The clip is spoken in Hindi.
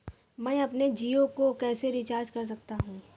मैं अपने जियो को कैसे रिचार्ज कर सकता हूँ?